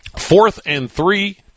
fourth-and-three